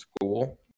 school